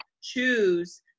choose